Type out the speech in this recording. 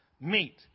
meet